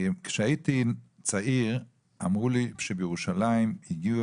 כשהייתי צעיר אמרו לי שבירושלים הגיעו